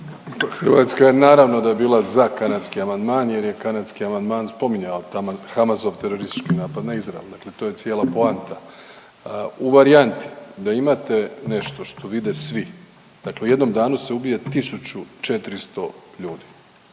Hrvatska je naravno da je bila za kanadski amandman jer je kanadski amandman spominjao Hamasov teroristički napad na Izrael, dakle to je cijela poanta. U varijanti da imate nešto što vide svi, dakle u jednom danu se ubije 1400 ljudi,